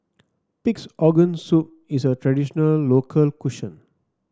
Pig's Organ Soup is a traditional local cuisine